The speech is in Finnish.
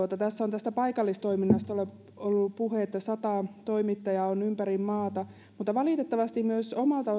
tässä on tästä paikallistoiminnasta ollut puhe että sata toimittajaa on ympäri maata mutta valitettavasti omalta